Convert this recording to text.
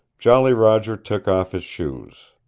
jolly roger took off his shoes.